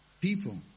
people